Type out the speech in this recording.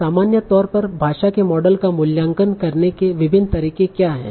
सामान्य तौर पर भाषा के मॉडल का मूल्यांकन करने के विभिन्न तरीके क्या हैं